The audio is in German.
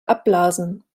abblasen